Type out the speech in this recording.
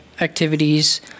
activities